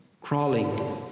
crawling